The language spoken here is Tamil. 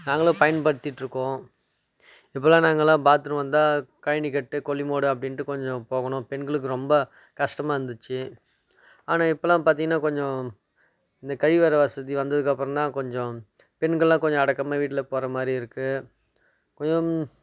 நாங்களும் பயன்படுத்திட்டிருக்கோம் இப்போல்லாம் நாங்களாம் பாத்ரூம் வந்தால் கழனிக்கட்டு கொள்ளிமேடு அப்படின்ட்டு கொஞ்சம் போகணும் பெண்களுக்கு ரொம்ப கஷ்டமாக இருந்துச்சு ஆனால் இப்போல்லாம் பார்த்திங்கனா கொஞ்சம் இந்தக் கழிவறை வசதி வந்ததுக்கு அப்புறோந்தான் கொஞ்சம் பெண்களெலாம் கொஞ்சம் அடக்கமாக வீட்டில் போகிற மாதிரி இருக்குது கொஞ்சம்